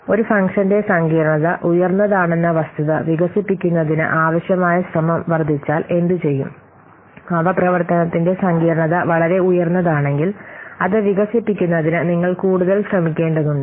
ഒരു ഫംഗ്ഷന്റെ സങ്കീർണ്ണത ഉയർന്നതാണെന്ന വസ്തുത വികസിപ്പിക്കുന്നതിന് ആവശ്യമായ ശ്രമം വർദ്ധിച്ചാൽ എന്തുചെയ്യും അവ പ്രവർത്തനത്തിന്റെ സങ്കീർണ്ണത വളരെ ഉയർന്നതാണെങ്കിൽ അത് വികസിപ്പിക്കുന്നതിന് നിങ്ങൾ കൂടുതൽ ശ്രമിക്കേണ്ടതുണ്ട്